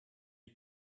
die